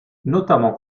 notamment